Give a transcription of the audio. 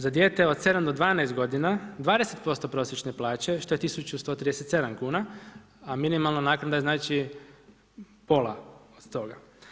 Za dijete od 7 do 12 godina 20% prosječne plaće, što je 1137 kuna, a minimalna naknada je znači pola od toga.